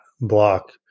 block